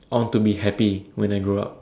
I want to be happy when I grow up